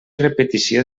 repetició